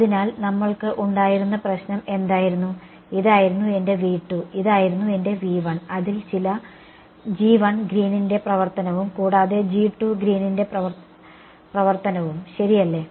അതിനാൽ നമ്മൾക്ക് ഉണ്ടായിരുന്ന പ്രശ്നം എന്തായിരുന്നു ഇതായിരുന്നു എന്റെ ഇതായിരുന്നു എന്റെ അതിൽ ചില ഗ്രീനിന്റെ പ്രവർത്തനവും Green's function കൂടാതെ ഗ്രീനിന്റെ പ്രവർത്തനവും Green's function ശരിയല്ലേ